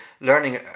Learning